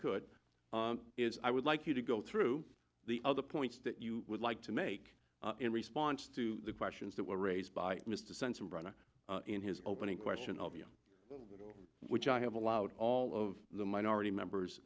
could is i would like you to go through the other points that you would like to make in response to the questions that were raised by mr sensenbrenner in his opening question of you which i have allowed all of the minority members